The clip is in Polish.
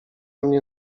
mnie